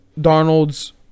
Darnold's